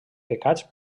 pecats